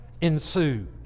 ensued